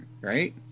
right